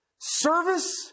service